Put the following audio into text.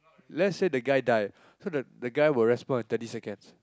let's say the guy die so the the guy will respawn in thirty seconds